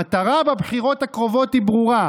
המטרה בבחירות הקרובות היא ברורה: